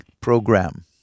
program